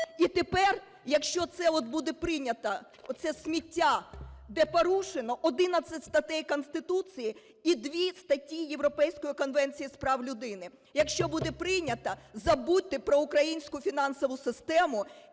І тепер, якщо це от буде прийнято, оце сміття, де порушено 11 статей Конституції і дві статті Європейської конвенції з прав людини, якщо буде прийнято, забудьте про українську фінансову систему